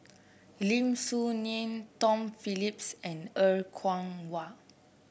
Lim Soo Ngee Tom Phillips and Er Kwong Wah